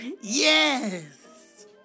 Yes